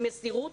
עם מסירות,